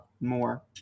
more